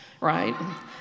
right